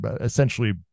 essentially